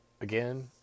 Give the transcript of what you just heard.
Again